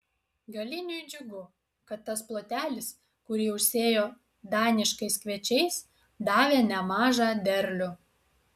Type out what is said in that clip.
galiniui džiugu kad tas plotelis kurį užsėjo daniškais kviečiais davė nemažą derlių